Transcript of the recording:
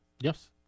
Yes